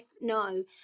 no